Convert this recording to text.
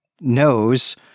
knows